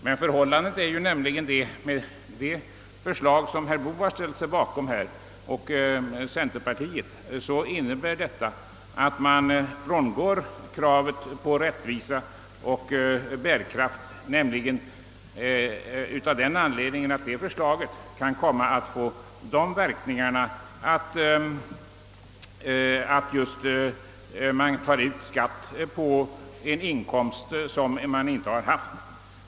Det förslag som herr Boo och centerpartiet ställt sig bakom innebär att man frångår kravet på rättvisa och bärkraft. Det förslaget kan nämligen få de verkningarna att skatt tages ut på en inkomst som vederbörande inte har haft.